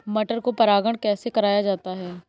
मटर को परागण कैसे कराया जाता है?